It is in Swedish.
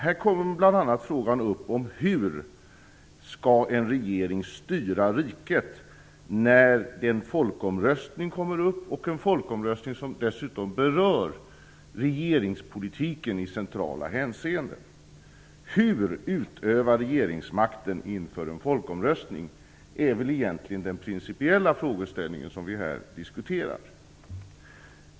Här kommer bl.a. frågan upp om hur en regering skall styra riket när en folkomröstning blir aktuell - en folkomröstning som dessutom berör regeringspolitiken i centrala hänseenden. Hur utöva regeringsmakten inför en folkomröstning är väl egentligen den principiella frågeställning som vi här diskuterar.